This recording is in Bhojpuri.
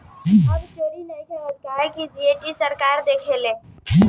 अब चोरी नइखे होत काहे की जी.एस.टी सरकार देखेले